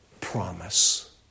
promise